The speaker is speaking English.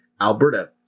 Alberta